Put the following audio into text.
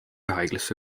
haiglasse